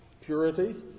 purity